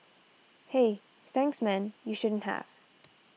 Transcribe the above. hey thanks man you shouldn't have